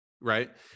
Right